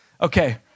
Okay